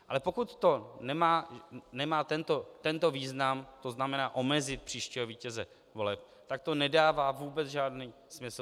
Ale pokud to nemá tento význam, to znamená omezit příštího vítěze voleb, tak to nedává vůbec žádný smysl.